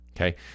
Okay